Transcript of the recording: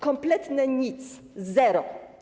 Kompletnie nic, zero.